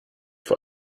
vor